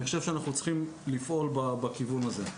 אני חושב שאנחנו צריכים לפעול בכיוון הזה.